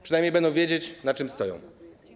Przynajmniej będą wiedzieć, na czym stoją.